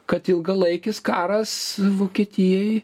kad ilgalaikis karas vokietijai